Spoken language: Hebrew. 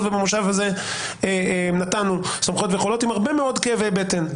ובמושב הזה נתנו סמכויות ויכולות עם הרבה מאוד כאבי בטן,